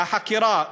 והחקירה,